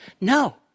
No